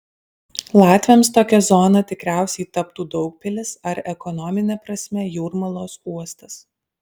latviams tokia zona tikriausiai taptų daugpilis ar ekonomine prasme jūrmalos uostas